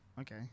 Okay